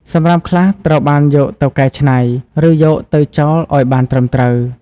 សំរាមខ្លះត្រូវបានយកទៅកែច្នៃ ឬយកទៅចោលឱ្យបានត្រឹមត្រូវ។